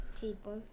People